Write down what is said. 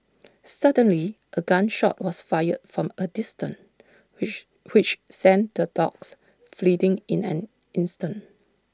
suddenly A gun shot was fired from A distance which which sent the dogs in an instant